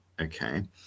Okay